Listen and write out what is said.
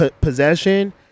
possession